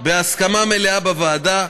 בהסכמה מלאה בוועדה,